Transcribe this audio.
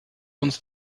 uns